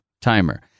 timer